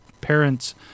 parents